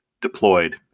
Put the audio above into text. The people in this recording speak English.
deployed